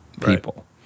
people